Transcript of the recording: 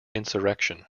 insurrection